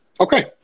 Okay